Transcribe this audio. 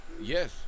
Yes